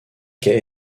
quai